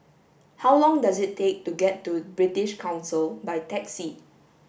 how long does it take to get to British Council by taxi